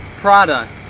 products